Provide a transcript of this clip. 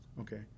Okay